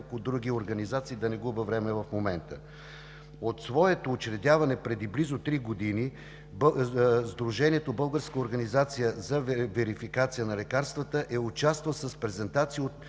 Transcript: други организации, да не губя време в момента. От своето учредяване преди близо три години Сдружението „Българска организация за верификация на лекарствата“ е участвало с презентация в